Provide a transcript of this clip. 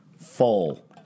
full